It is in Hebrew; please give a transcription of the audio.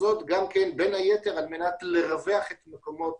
זאת בין היתר גם לרווח את מקומות